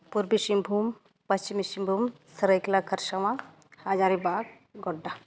ᱯᱩᱨᱵᱚ ᱥᱤᱝᱵᱷᱩᱢ ᱯᱚᱥᱪᱷᱤᱢ ᱥᱤᱝᱵᱷᱩᱢ ᱥᱚᱨᱟᱭ ᱠᱮᱞᱞᱟ ᱠᱷᱚᱨᱥᱚᱶᱟ ᱦᱟᱡᱟᱨᱤᱵᱟᱜᱽ ᱜᱳᱰᱰᱟ